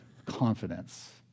confidence